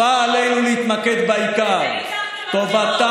בגלל זה ניצחתם בבחירות,